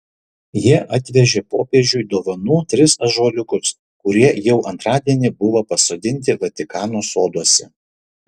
jie atvežė popiežiui dovanų tris ąžuoliukus kurie jau antradienį buvo pasodinti vatikano soduose